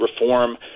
reform